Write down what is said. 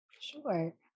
Sure